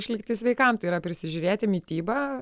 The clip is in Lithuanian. išlikti sveikam tai yra prisižiūrėti mitybą